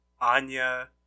Anya